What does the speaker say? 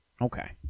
Okay